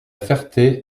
ferté